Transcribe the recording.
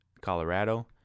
Colorado